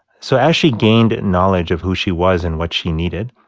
so as she gained knowledge of who she was and what she needed,